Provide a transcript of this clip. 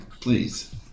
please